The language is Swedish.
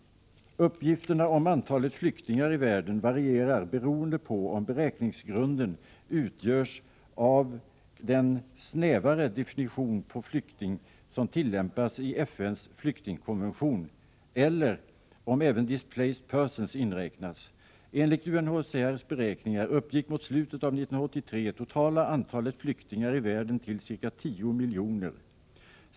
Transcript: Uppgifterna om antalet flyktingar i världen varierar beroende på om beräkningsgrunden utgörs av den snävare definition på flykting som tillämpas i FN:s flyktingkonvention, eller om även ”displaced persons” inräknas. Enligt UNHCR:s beräkningar uppgick mot slutet av 1983 det totala antalet flyktingar i världen till ca 10 miljoner.